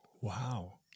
Wow